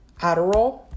Adderall